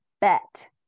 Bet